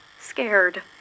scared